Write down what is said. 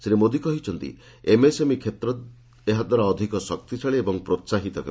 Shri Modi MSME ଏମ୍ଏସ୍ଏମ୍ଇ କ୍ଷେତ୍ର ଏହାଦ୍ୱାରା ଅଧିକ ଶକ୍ତିଶାଳୀ ଏବଂ ପ୍ରୋହାହିତ ହେବ